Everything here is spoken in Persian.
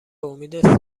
امید